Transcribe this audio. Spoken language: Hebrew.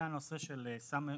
הנושא של סם מסוכן,